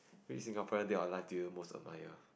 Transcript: which Singaporean dead or alive do you most admire